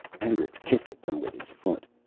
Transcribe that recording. hendricks kicked at them with his foot.